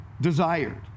desired